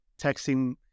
texting